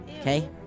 okay